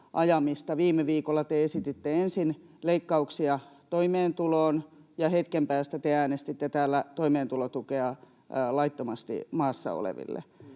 Viime viikolla te esititte ensin leikkauksia toimeentuloon, ja hetken päästä te äänestitte täällä toimeentulotukea laittomasti maassa oleville.